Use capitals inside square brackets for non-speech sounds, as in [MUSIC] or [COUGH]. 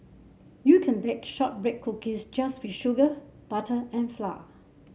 you can [UNINTELLIGIBLE] shortbread cookies just with sugar butter and flour